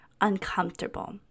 uncomfortable